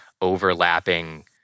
overlapping